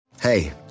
Hey